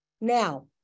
Now